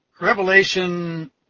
Revelation